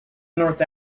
north